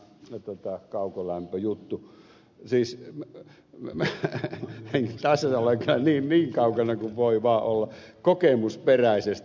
tässä me olemme kyllä niin kaukana toisistamme kuin voi vaan olla kokemusperäisesti